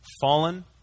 fallen